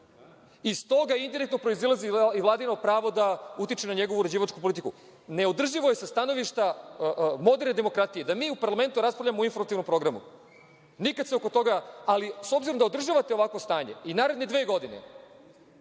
iz toga indirektno proizilazi i Vladino pravo da utiče na njegovu uređivačku politiku. Neodrživo je sa stanovišta moderne demokratije da mi u parlamentu raspravljamo o informativnom programu, ali s obzirom da održavate ovakvo stanje i naredne dve godine,